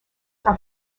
are